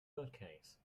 bookcase